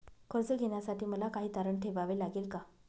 कर्ज घेण्यासाठी मला काही तारण ठेवावे लागेल का?